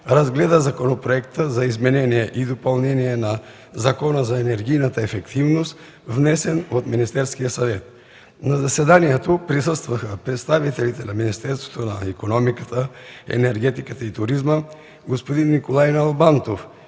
разгледа Законопроекта за изменение и допълнение на Закона за енергийната ефективност, внесен от Министерския съвет. На заседанието присъстваха представителите на Министерството на икономиката, енергетиката и туризма: господин Николай Налбантов